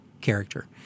character